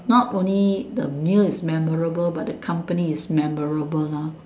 not only the meal is memorable but the company is memorable lor